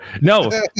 No